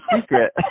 secret